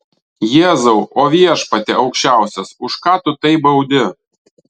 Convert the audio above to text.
jėzau o viešpatie aukščiausias už ką tu taip baudi